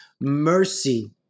mercy